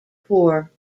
poor